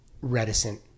reticent